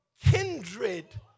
kindred